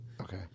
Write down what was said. Okay